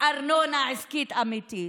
ארנונה עסקית אמיתית?